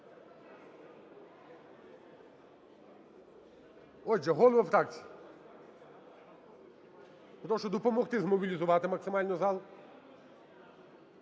Отже, голови фракцій, прошу допомогти змобілізувати максимально зал.